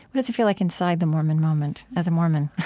what does it feel like inside the mormon moment as a mormon?